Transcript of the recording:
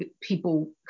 people